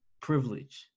privilege